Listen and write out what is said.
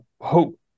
Hope